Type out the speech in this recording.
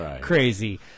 crazy